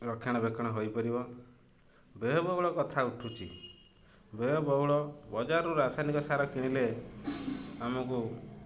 ରକ୍ଷଣାବେକ୍ଷଣ ହୋଇପାରିବ ବ୍ୟୟବହୁଳ କଥା ଉଠୁଛି ବ୍ୟୟବହୁଳ ବଜାରରୁ ରାସାୟନିକ ସାର କିଣିଲେ ଆମକୁ